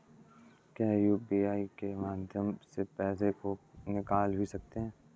क्या यू.पी.आई के माध्यम से पैसे को निकाल भी सकते हैं?